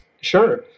Sure